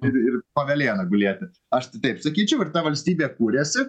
ir ir po velėna gulėti aš tai taip sakyčiau ir ta valstybė kūrėsi